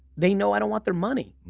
they know i don't want their money.